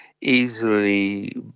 easily